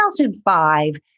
2005